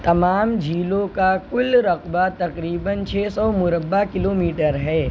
تمام جھیلوں کا کل رقبہ تقریباً چھ سو مربع کلو میٹر ہے